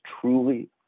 truly